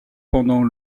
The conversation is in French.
pendant